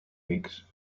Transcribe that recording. weeks